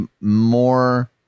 more